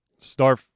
Star